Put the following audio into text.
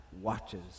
watches